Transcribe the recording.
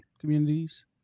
communities